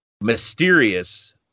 Mysterious